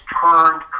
turned